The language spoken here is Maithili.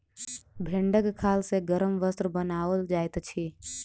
भेंड़क खाल सॅ गरम वस्त्र बनाओल जाइत अछि